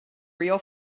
real